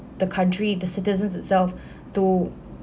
the country the citizens itself to